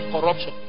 corruption